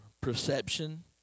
perception